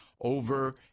over